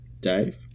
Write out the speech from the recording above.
Dave